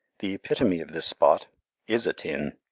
the epitome of this spot is a tin!